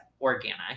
organic